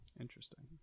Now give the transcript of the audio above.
Interesting